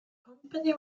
company